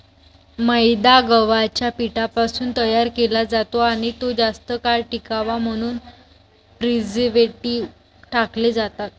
मैदा गव्हाच्या पिठापासून तयार केला जातो आणि तो जास्त काळ टिकावा म्हणून प्रिझर्व्हेटिव्ह टाकले जातात